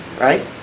Right